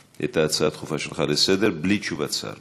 ההצעה הדחופה לסדר-היום תועבר להמשך דיון,